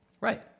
Right